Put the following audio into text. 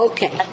Okay